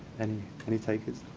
and any takers?